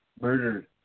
murdered